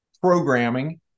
programming